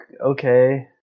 okay